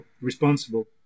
responsible